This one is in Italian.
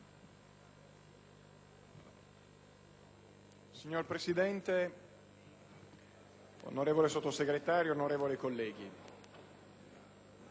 Signor Presidente, onorevole Sottosegretario, onorevoli colleghi...